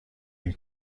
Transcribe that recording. این